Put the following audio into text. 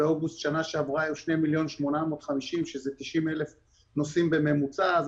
באוגוסט שנה שעברה היו 2,850,000 שזה 90,000 נוסעים בממוצע ביום,